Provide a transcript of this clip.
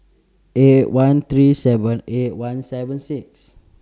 eight one three seven eight one seven six